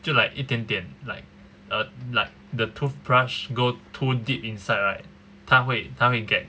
就 like 一点点 like uh like the toothbrush go too deep inside right 他会他会 gag